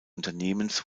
unternehmens